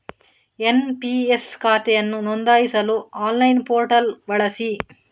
NPS ಖಾತೆಯನ್ನು ನೋಂದಾಯಿಸಲು online portal ಬಳಸಿ